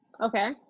Okay